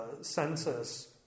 census